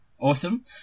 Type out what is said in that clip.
awesome